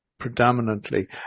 predominantly